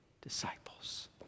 disciples